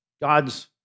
God's